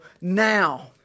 now